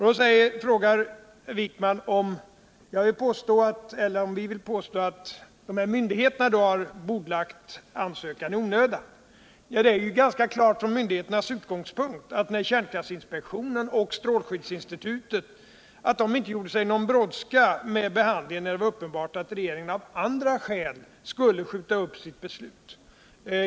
Då frågar herr Wijkman om vi vill påstå att myndigheterna har bordlagt ansökan i onödan. Det är ju ganska klart att myndigheterna, dvs. kärnkraftinspektionen och strålskyddsinstitutet, inte gjorde sig någon brådska med behandlingen när det var uppenbart att regeringen av andra skill skulle skjuta upp sitt beslut.